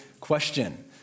question